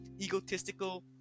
egotistical